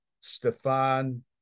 Stefan